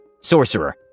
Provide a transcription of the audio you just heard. Sorcerer